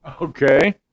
Okay